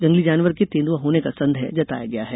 जंगली जानवर के तेंदुआ होने का संदेह जताया गया है